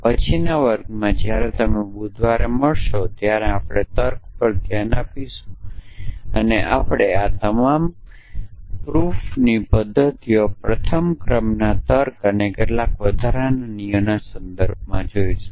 તેથી પછીના વર્ગમાં જ્યારે તમે બુધવારે મળશો ત્યારે આપણે તર્ક પર ધ્યાન આપીશું અને આપણે આ તમામ પ્રૂફની પદ્ધતિઓ પ્રથમ ક્રમમાંના તર્ક અને કેટલાક વધારાના નિયમોના સંદર્ભમાં જોશું